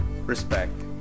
respect